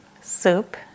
soup